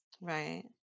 Right